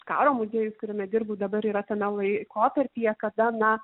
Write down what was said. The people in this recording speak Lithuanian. karo muziejus kuriame dirbu dabar yra tame laikotarpyje kada na